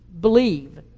believe